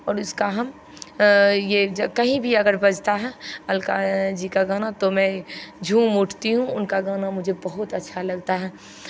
और इसका हम ये कहीं भी अगर बजता है अलका जी का गाना तो मैं झूम उठती हूँ उनका गाना मुझे बहुत अच्छा लगता है